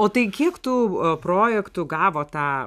o tai kiek tų projektų gavo tą